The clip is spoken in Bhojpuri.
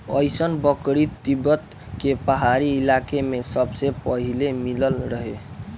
अइसन बकरी तिब्बत के पहाड़ी इलाका में सबसे पहिले मिलल रहे